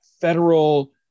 federal